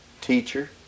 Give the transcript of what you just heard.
teacher